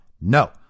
No